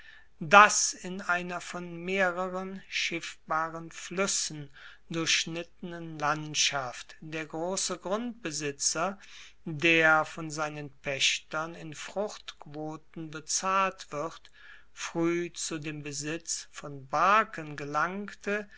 dass in einer von mehreren schiffbaren fluessen durchschnittenen landschaft der grosse grundbesitzer der von seinen paechtern in fruchtquoten bezahlt wird frueh zu dem besitz von barken gelangte